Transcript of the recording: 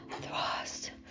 thrust